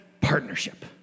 partnership